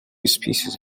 species